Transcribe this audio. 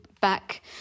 back